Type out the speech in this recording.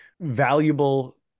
valuable